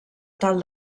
tal